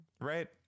Right